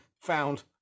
found